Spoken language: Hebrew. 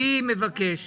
אני מבקש,